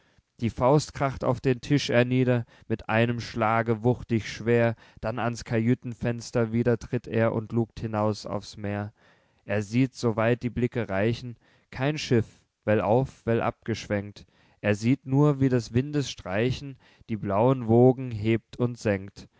die faust kracht auf den tisch er nieder mit einem schlage wuchtig schwer dann ans kajütenfenster wieder tritt er und lugt hinaus aufs meer er sieht so weit die blicke reichen kein schiff wellauf wellab geschwenkt er sieht nur wie des windes streichen die blauen wogen hebt und senkt